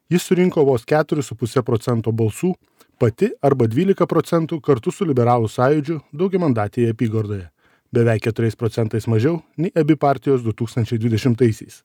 ji surinko vos keturis su puse procento balsų pati arba dvylika procentų kartu su liberalų sąjūdžiu daugiamandatėje apygardoje beveik keturiais procentais mažiau nei abi partijos du tūkstančiai dvidešimtaisiais